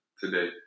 today